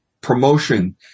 promotion